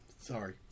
Sorry